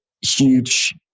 huge